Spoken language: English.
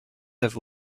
have